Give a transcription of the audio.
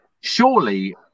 Surely